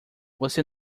você